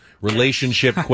relationship